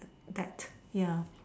that ya